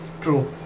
True